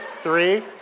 three